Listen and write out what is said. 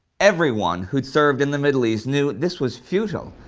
everyone who'd served in the middle east knew this was futile.